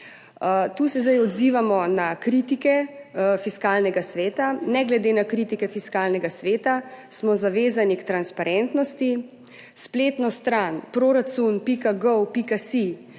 Tu se zdaj odzivamo na kritike Fiskalnega sveta. Ne glede na kritike Fiskalnega sveta smo zavezani k transparentnosti. Spletno stran proracun.gov.si,